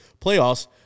playoffs